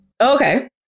Okay